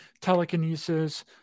telekinesis